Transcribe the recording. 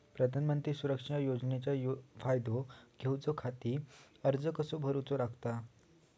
प्रधानमंत्री सुरक्षा योजनेचो फायदो घेऊच्या खाती अर्ज कसो भरुक होयो?